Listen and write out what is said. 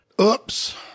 Oops